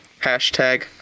Hashtag